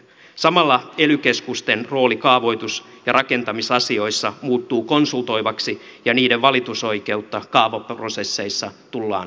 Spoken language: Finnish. samalla ely keskusten rooli kaavoitus ja rakentamisasioissa muuttuu konsultoivaksi ja niiden valitusoikeutta kaavaprosesseissa tullaan rajaamaan